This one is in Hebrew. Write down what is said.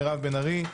מירב בן ארי,